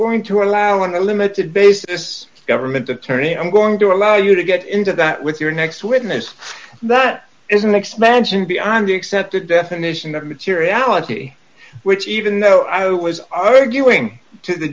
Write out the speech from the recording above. going to allow on a limited basis government attorney i'm going to allow you to get into that with your next witness that is an expansion beyond the accepted definition of materiality which even though i was arguing to the